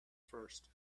first